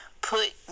put